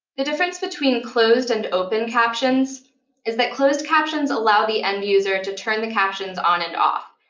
the difference between closed and open captions is that closed captions allow the end user to turn the captions on and off.